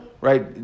right